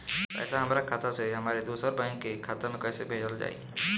पैसा हमरा खाता से हमारे दोसर बैंक के खाता मे कैसे भेजल जायी?